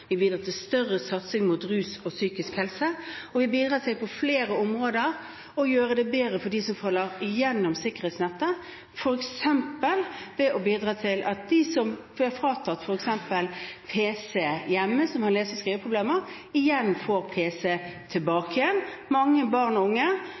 til større satsing på rus og psykisk helse. Og det bidrar på flere områder til å gjøre det bedre for dem som faller igjennom sikkerhetsnettet, f.eks. ved at de som har lese- og skriveproblemer og blir fratatt hjemme-pc, får pc-en tilbake. Mange barn og